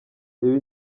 reba